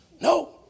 No